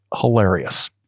hilarious